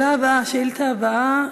השאילתה הבאה,